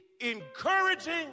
encouraging